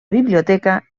biblioteca